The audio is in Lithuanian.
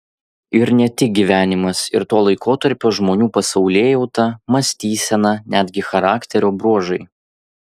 ir ne tik gyvenimas ir to laikotarpio žmonių pasaulėjauta mąstysena netgi charakterio bruožai